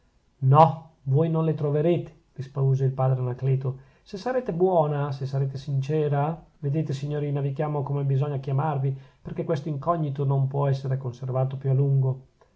no voi non le troverete rispose il padre anacleto se sarete buona se sarete sincera vedete signorina vi chiamo come bisogna chiamarvi perchè questo incognito non può essere conservato più a lungo